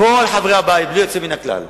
כל חברי הבית בלי יוצא מן הכלל,